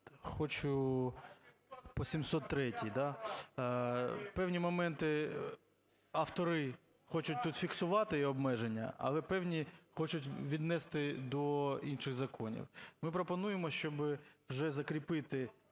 Хочу по 703-й. Певні моменти автори хочуть тут фіксувати і обмеження, але певні хочуть віднести до інших законів. Ми пропонуємо, щоб вже закріпити